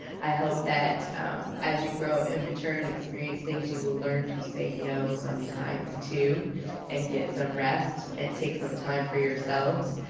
i hope that as you grow and mature and experience things you will learn to say no sometimes too and get some rest and take some time for yourselves.